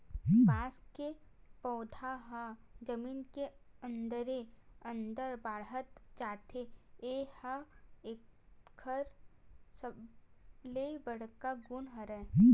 बांस के पउधा ह जमीन के अंदरे अंदर बाड़हत जाथे ए ह एकर सबले बड़का गुन हरय